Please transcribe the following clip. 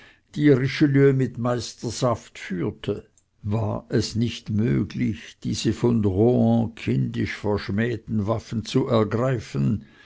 die richelieu mit meisterschaft führte war es nicht möglich diese von rohan kindisch verschmähten waffen zu ergreifen